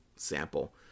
sample